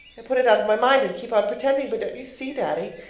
i put it out of my mind, and keep on pretending but don't you see, daddy?